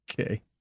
Okay